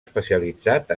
especialitzat